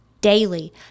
daily